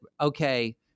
okay